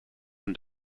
und